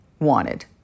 wanted